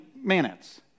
minutes